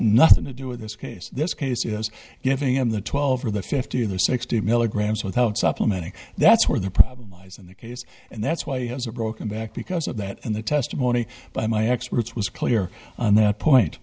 nothing to do with this case this case was giving him the twelve or the fifty or sixty milligrams without supplementing that's where the problem lies in the case and that's why he has a broken back because of that and the testimony by my experts was clear on that point